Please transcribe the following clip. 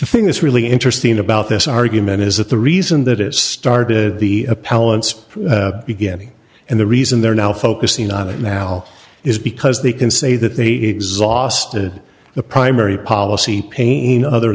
thing that's really interesting about this argument is that the reason that it started the appellant's beginning and the reason they're now focusing on it mal is because they can say that they exhausted the primary policy pain other